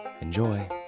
Enjoy